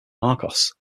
marcos